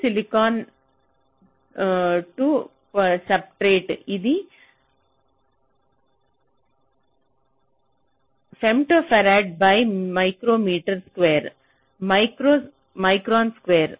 polysilicon to substrate ఇది femto farad by micrometer square micron square